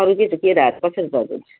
अरू के छ केराहरू कसरी दर्जन छ